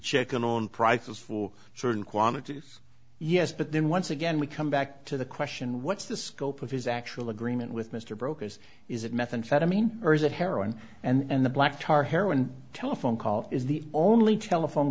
chicken on prices for certain quantities yes but then once again we come back to the question what's the scope of his actual agreement with mr brokers is it methamphetamine or is it heroin and the black tar heroin telephone call is the only telephone